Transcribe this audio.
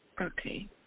Okay